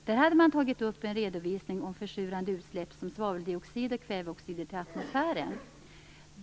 Där hade man tagit upp en redovisning om försurande utsläpp som svaveldioxid och kväveoxider till atmosfären.